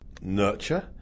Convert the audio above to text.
nurture